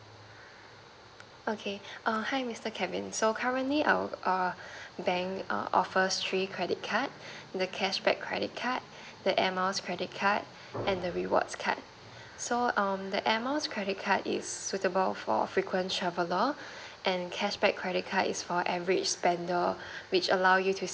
okay err hi mister kevin so currently our err bank err offers three credit cards the cash back credit card the air miles credit card and the rewards card so um the air miles credit card is suitable for frequent traveller and cash back credit card is for every spender which allow you to